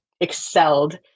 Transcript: excelled